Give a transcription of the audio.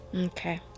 Okay